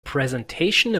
presentation